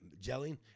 gelling